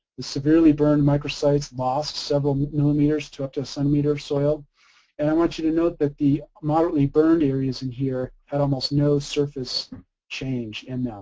the severely burned micro-sites lost several millimeters to up to a centimeter of soil and i want you to note that the moderately burned areas in here had almost no surface change in them.